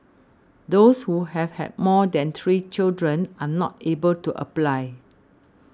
those who have had more than three children are not able to apply